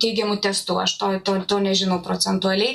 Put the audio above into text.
teigiamu testu aš to to to nežinau procentualiai